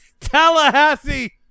Tallahassee